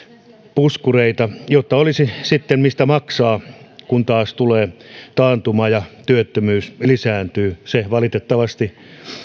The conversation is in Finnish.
puskureita jotta olisi sitten mistä maksaa kun taas tulee taantuma ja työttömyys lisääntyy mikä valitettavasti